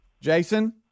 Jason